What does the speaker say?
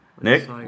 Nick